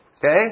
Okay